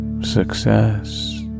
success